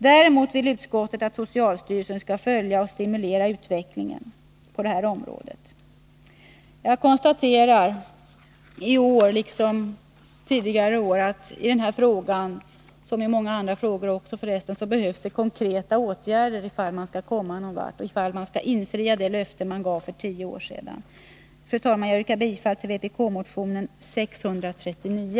Däremot vill utskottet att socialstyrelsen skall följa och stimulera utvecklingen på detta område. Jag konstaterar, i år liksom tidigare, att i denna och många andra frågor behövs det konkreta åtgärder ifall man skall komma någon vart; ifall man skall infria de löften man gav för tio år sedan. Fru talman! Jag yrkar bifall till vpk-motionen 639.